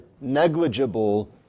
negligible